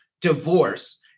divorce